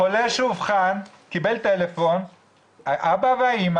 חולה שאובחן קיבל טלפון שהאבא האימא